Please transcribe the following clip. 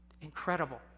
Incredible